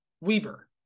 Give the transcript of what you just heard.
Weaver